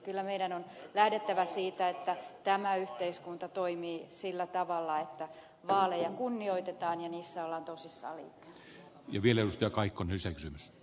kyllä meidän on lähdettävä siitä että tämä yhteiskunta toimii sillä tavalla että vaaleja kunnioitetaan ja niissä ollaan tosissaan liikkeellä